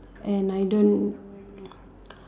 and I don't